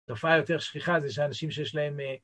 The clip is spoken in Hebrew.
התופעה היותר שכיחה זה שהאנשים שיש להם